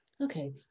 okay